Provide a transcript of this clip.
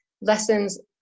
Lessons